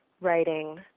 writing